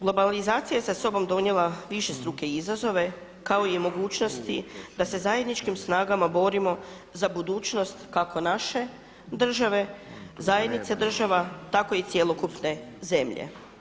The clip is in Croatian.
Globalizacija je sa sobom donijela višestruke izazove kao i mogućnosti da se zajedničkim snagama borimo za budućnost kako naše države, zajednice država tako i cjelokupne zemlje.